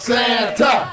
Santa